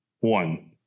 One